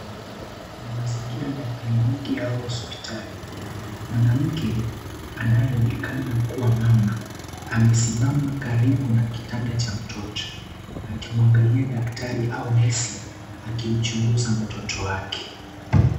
NI mazingira ya kliniki au hospitali. Mwanamke anayeonekana kuwa mama amesima karibu na kitanda cha mtoto akimwangalia daktari au nesi akimchnguza mtoto wake.